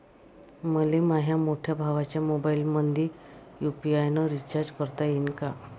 मले माह्या मोठ्या भावाच्या मोबाईलमंदी यू.पी.आय न रिचार्ज करता येईन का?